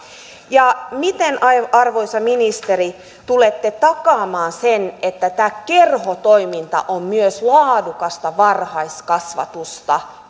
miten arvoisa ministeri tulette takaamaan sen että tämä kerhotoiminta on myös laadukasta varhaiskasvatusta